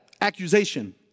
accusation